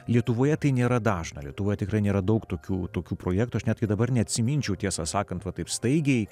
lietuvoje tai nėra dažna lietuva tikrai nėra daug tokių tokių projektų aš net dabar neatsiminčiau tiesą sakant taip staigiai